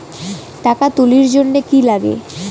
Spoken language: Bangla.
টাকা তুলির জন্যে কি লাগে?